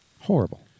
horrible